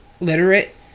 literate